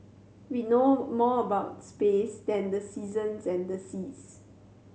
we know more about space than the seasons and the seas